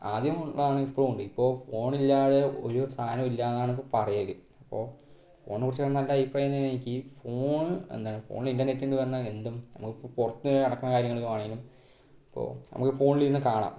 ആദ്യം ഇപ്പോൾ ഫോണ് ഇല്ലാതെ ഒരു സാധനവും ഇല്ലാന്നാണ് ഇപ്പം പറയല് അപ്പോൾ ഫോണിനെ കുറിച്ച് നല്ല അഭിപ്രായം തന്നെയാണ് എനിക്ക് ഫോണ് എന്താണ് ഫോണ് ഇന്റര്നെറ്റ് എന്ന് പറഞ്ഞാല് എന്തും പുറത്ത് നിന്ന് നടക്കുന്ന കാര്യങ്ങള് ആണേലും ഇപ്പോൾ നമുക്ക് ഫോണില് ഇരുന്നു കാണാം